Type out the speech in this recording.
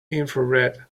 infrared